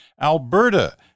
Alberta